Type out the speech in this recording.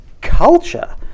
culture